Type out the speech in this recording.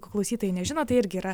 klausytojai nežino tai irgi yra